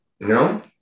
No